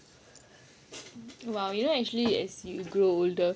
well you know actually as you grow older